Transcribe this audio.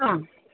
ആ